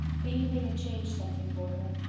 the evening had changed something for her.